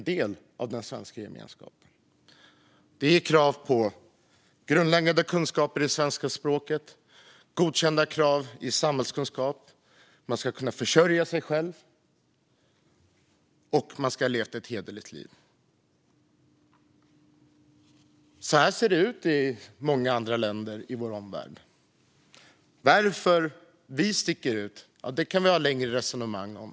Det handlar om krav på grundläggande kunskaper i svenska språket och krav på godkänt i samhällskunskap. Man ska kunna försörja sig själv, och man ska ha levt ett hederligt liv. Så här ser det ut i många andra länder i vår omvärld. Varför vi sticker ut kan vi ha ett längre resonemang om.